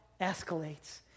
escalates